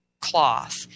cloth